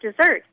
dessert